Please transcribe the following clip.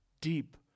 deep